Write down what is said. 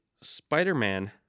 Spider-Man